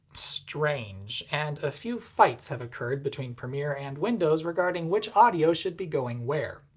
strange, and a few fights have occurred between premiere and windows regarding which audio should be going where.